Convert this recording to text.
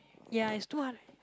ya it's two hun